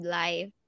life